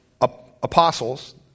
apostles